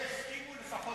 אם הם לא יסכימו, לפחות